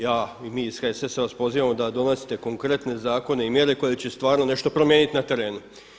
Ja i mi iz HSS-a vas pozivamo da donesete konkretne zakone i mjere koje će stvarno nešto promijeniti na terenu.